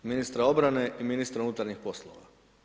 Ministra obrane i ministra unutarnjih poslova.